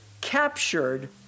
captured